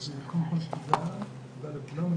אז קודם כל תודה, תודה לכולם.